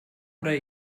oder